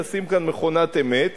תשים כאן מכונת אמת.